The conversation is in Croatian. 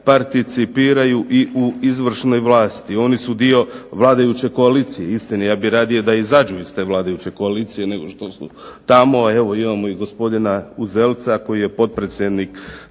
participiraju i u izvršnoj vlasti. Oni su dio vladajuće koalicije. Istina ja bih radije da izađu iz te vladajuće koalicije nego što su tamo, a evo imamo i gospodina Uzelca koji je potpredsjednik,